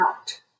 out